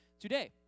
today